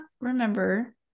remember